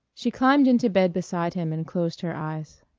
she climbed into bed beside him and closed her eyes.